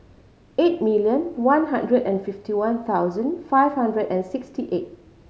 eight million one hundred and fifty one thousand five hundred and sixty eight